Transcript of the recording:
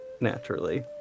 naturally